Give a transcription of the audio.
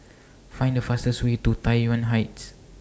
Find The fastest Way to Tai Yuan Heights